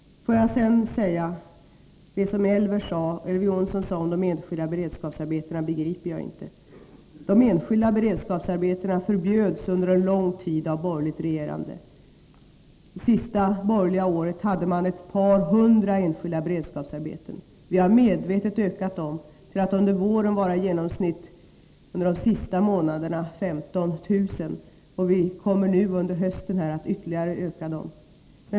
Får jag sedan säga: Det som Elver Jonsson sade om de enskilda beredskapsarbetena begriper jag inte. De enskilda beredskapsarbetena förbjöds under en lång tid av borgerligt regerande. Det sista borgerliga året hade man ett par hundra enskilda beredskapsarbeten. Vi har medvetet ökat dem till att under de sista månaderna under våren vara i genomsnitt 15 000, och vi kommer nu under hösten att ytterligare öka dem.